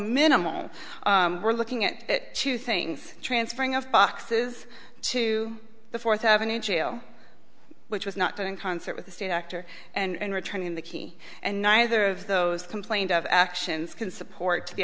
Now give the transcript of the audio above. minimal we're looking at two things transferring of boxes to the fourth avenue jail which was not done in concert with the state actor and returning the key and neither of those complained of actions can support the